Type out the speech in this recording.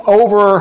over